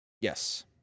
Yes